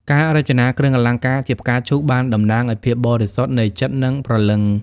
ការរចនាគ្រឿងអលង្ការជាផ្កាឈូកបានតំណាងឱ្យភាពបរិសុទ្ធនៃចិត្តនិងព្រលឹង។